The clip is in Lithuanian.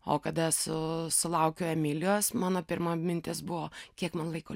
o kada su sulaukiau emilijos mano pirma mintis buvo kiek mum laiko